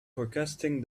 forecasting